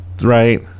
Right